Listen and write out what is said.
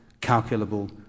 calculable